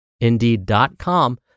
indeed.com